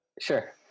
sure